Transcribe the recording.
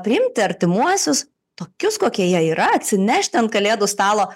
priimti artimuosius tokius kokie jie yra atsinešti ant kalėdų stalo